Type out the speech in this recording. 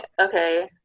okay